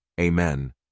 Amen